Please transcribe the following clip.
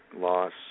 loss